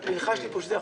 ונלחש לי פה שזה החוק,